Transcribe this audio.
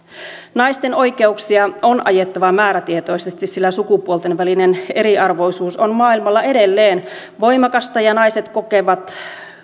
naisten oikeuksia on ajettava määrätietoisesti sillä sukupuolten välinen eriarvoisuus on maailmalla edelleen voimakasta ja naiset kokevat